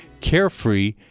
Carefree